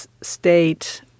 state